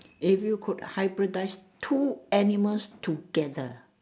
if you could advertise two animals together